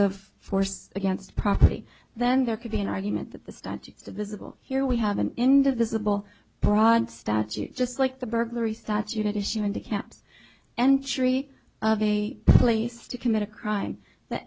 of force against property then there could be an argument that the statutes of visible here we have an indivisible broad statute just like the burglary statute issue and the caps entry of a place to commit a crime that